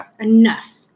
enough